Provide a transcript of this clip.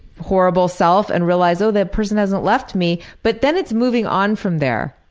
horrible self and realize oh, that person hasn't left me. but then it's moving on from there,